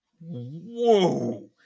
Whoa